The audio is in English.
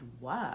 work